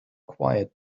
quiet